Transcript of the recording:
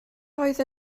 oedd